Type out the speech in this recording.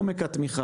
רק מה,